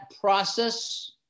process